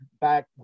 back